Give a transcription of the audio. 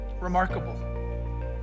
Remarkable